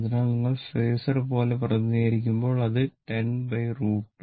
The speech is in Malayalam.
അതിനാൽ നിങ്ങൾ ഫാസർ പോലെ പ്രതിനിധീകരിക്കുമ്പോൾ അത് 10√ 2